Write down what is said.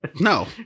No